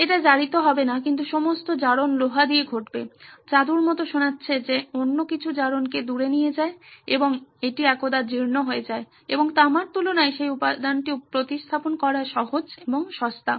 এটি জারিত হবে না কিন্তু সমস্ত জারণ লোহা দিয়ে ঘটবে জাদুর মতো শোনাচ্ছে যে অন্য কিছু জারণকে দূরে নিয়ে যায় এবং এটি একদা জীর্ণ হয়ে যায় এবং তামার তুলনায় সেই উপাদানটি প্রতিস্থাপন করা সহজ এবং সস্তা